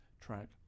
track